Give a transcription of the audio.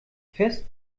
fest